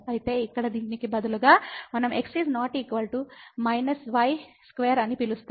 అయితే ఇక్కడ దీనికి బదులుగా మనం x ≠ −y2 అని పిలుస్తాము